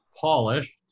polished